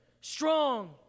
strong